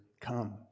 come